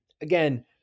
again